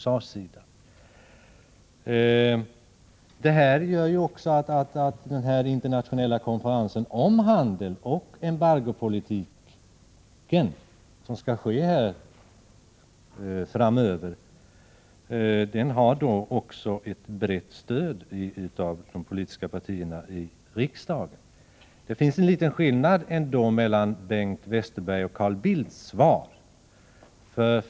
Det här betyder att den internationella konferens om handelsoch embargopolitik som skall ske framöver har ett brett stöd av de politiska partierna i riksdagen. Det finns ändå en liten skillnad mellan Bengt Westerbergs och Carl Bildts svar.